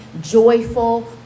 joyful